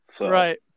Right